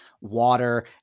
water